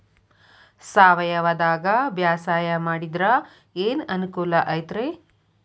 ಸಾವಯವದಾಗಾ ಬ್ಯಾಸಾಯಾ ಮಾಡಿದ್ರ ಏನ್ ಅನುಕೂಲ ಐತ್ರೇ?